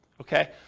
Okay